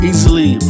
Easily